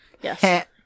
yes